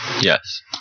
Yes